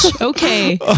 Okay